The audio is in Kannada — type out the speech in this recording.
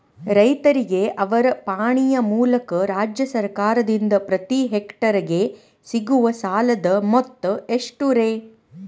ರೈತರಿಗೆ ಅವರ ಪಾಣಿಯ ಮೂಲಕ ರಾಜ್ಯ ಸರ್ಕಾರದಿಂದ ಪ್ರತಿ ಹೆಕ್ಟರ್ ಗೆ ಸಿಗುವ ಸಾಲದ ಮೊತ್ತ ಎಷ್ಟು ರೇ?